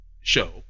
show